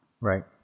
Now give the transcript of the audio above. Right